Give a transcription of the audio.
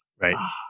Right